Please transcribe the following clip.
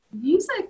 music